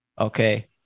Okay